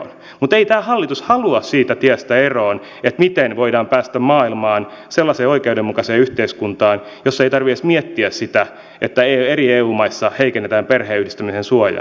mutta ei tämä hallitus halua siitä tiestä eroon tai kysy miten voidaan päästä sellaiseen maailmaan oikeudenmukaiseen yhteiskuntaan jossa ei tarvitse edes miettiä sitä että eri eu maissa heikennetään perheenyhdistämisen suojaa